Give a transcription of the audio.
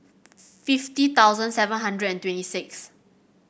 fifty thousand seven hundred and twenty six